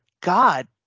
God